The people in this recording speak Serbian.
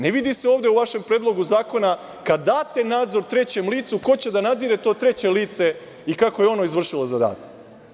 Ne vidi se u vašem predlogu zakona kada date nadzor trećem licu ko će da nadzire to treće lice i kako je ono izvršilo zadatak.